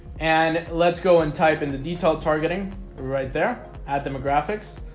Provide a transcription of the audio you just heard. and let's go and type in the detail targeting right there ad demographics.